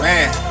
Man